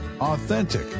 authentic